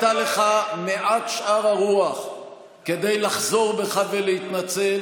לא היה לך מעט שאר הרוח כדי לחזור בך ולהתנצל.